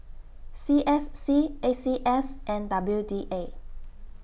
C S C A C S and W D A